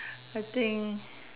I think